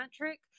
metric